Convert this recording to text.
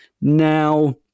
Now